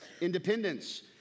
Independence